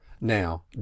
Now